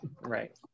right